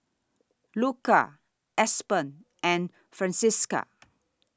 Luka Aspen and Francisca